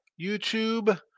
YouTube